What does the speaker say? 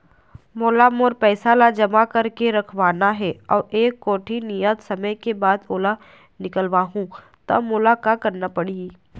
मोला मोर पैसा ला जमा करके रखवाना हे अऊ एक कोठी नियत समय के बाद ओला निकलवा हु ता मोला का करना पड़ही?